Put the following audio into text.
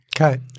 Okay